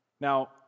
Now